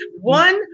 One